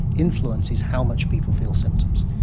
influences how much people feel symptoms.